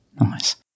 nice